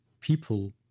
people